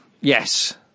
Yes